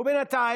תודה רבה, אדוני.